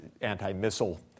anti-missile